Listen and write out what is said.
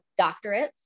doctorates